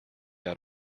out